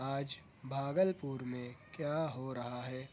آج بھاگل پور میں کیا ہو رہا ہے